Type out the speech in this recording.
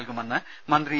നൽകുമെന്ന് മന്ത്രി ഇ